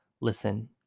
listen